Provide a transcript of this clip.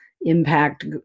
impact